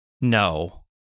No